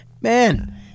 Man